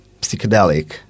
psychedelic